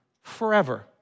forever